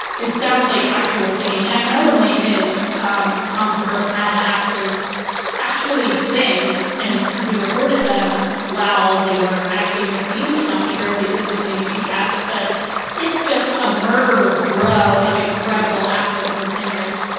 it sounds like actual singing and i know one lahm is um tom hooper had the actors actually sing and he recorded them while they were acting the scenes. i'm not sure if they did the same in kath's, but it's just a murderer's row of incredible actors and singers.